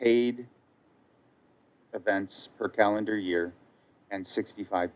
paid events for calendar year and sixty five